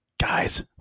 Guys